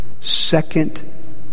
second